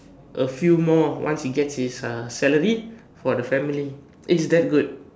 a few more once he gets his uh salary for the family it's that good